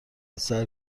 سعی